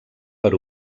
per